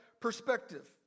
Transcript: perspective